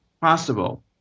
possible